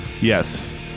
Yes